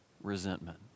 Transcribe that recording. Resentment